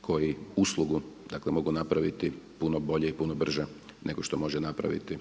koji uslugu, dakle mogu napraviti puno bolje i puno brže nego što može napraviti